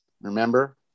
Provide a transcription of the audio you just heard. Remember